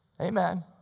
Amen